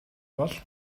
бол